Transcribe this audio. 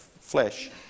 flesh